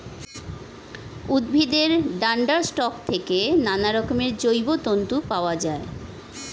উদ্ভিদের ডান্ডার স্টক থেকে নানারকমের জৈব তন্তু পাওয়া যায়